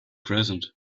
present